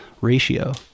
ratio